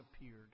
appeared